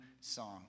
song